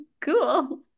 Cool